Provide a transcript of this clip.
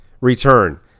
return